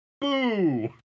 Boo